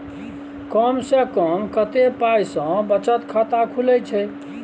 कम से कम कत्ते पाई सं बचत खाता खुले छै?